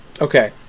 okay